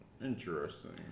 interesting